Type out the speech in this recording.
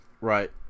Right